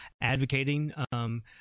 advocating